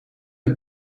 het